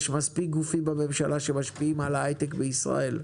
יש מספיק גופים בממשלה שמשפיעים על ההייטק בישראל.